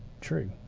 true